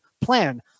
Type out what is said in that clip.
plan